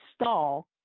stall